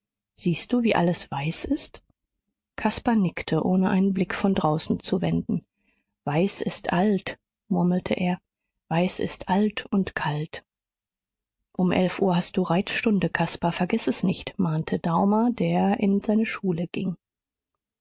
siehst du wie alles weiß ist caspar nickte ohne einen blick von draußen zu wenden weiß ist alt murmelte er weiß ist alt und kalt um elf uhr hast du reitstunde caspar vergiß es nicht mahnte daumer der in seine schule ging